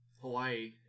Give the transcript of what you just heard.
Hawaii